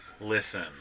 listen